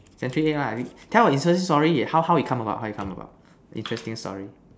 century egg ah tell a interesting story how how it come about how it come about interesting story